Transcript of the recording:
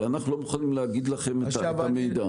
אבל אנחנו לא מוכנים לתת לכם את המידע.